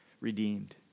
redeemed